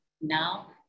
now